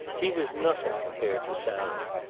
he was nothing compared to sally,